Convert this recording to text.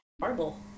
Marble